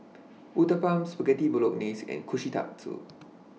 Uthapam Spaghetti Bolognese and Kushikatsu